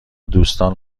دوستان